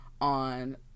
on